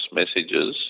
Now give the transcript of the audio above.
messages